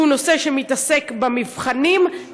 הוא נושא שמתעסק במבחנים,